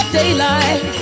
daylight